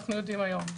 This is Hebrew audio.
אנו יודעים היום.